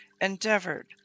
endeavored